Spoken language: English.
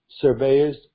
surveyors